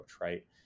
right